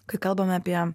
kai kalbame apie